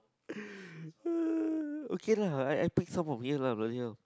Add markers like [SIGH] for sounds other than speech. [NOISE] okay lah I pick some from here lah but ya